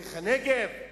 דרך הנגב?